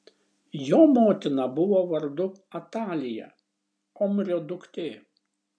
jo motina buvo vardu atalija omrio duktė